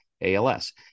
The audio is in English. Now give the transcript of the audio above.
ALS